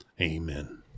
Amen